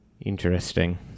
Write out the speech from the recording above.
Interesting